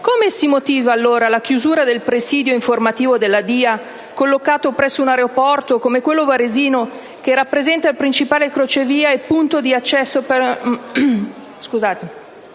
come si motiva allora la chiusura del presidio informativo della DIA collocato presso un aeroporto come quello varesino, che rappresenta il principale crocevia e punto di accesso per